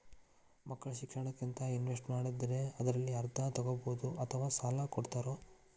ಮಕ್ಕಳ ಶಿಕ್ಷಣಕ್ಕಂತ ಇನ್ವೆಸ್ಟ್ ಮಾಡಿದ್ದಿರಿ ಅದರಲ್ಲಿ ಅರ್ಧ ತೊಗೋಬಹುದೊ ಅಥವಾ ಸಾಲ ಕೊಡ್ತೇರೊ?